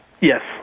Yes